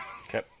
Okay